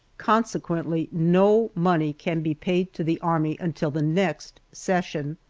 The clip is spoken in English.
consequently no money can be paid to the army until the next session!